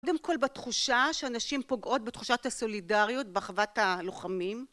קודם כל בתחושה שהנשים פוגעות בתחושת הסולידריות באחוות הלוחמים.